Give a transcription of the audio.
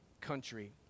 country